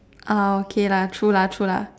ah okay lah true lah true lah